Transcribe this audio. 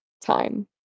time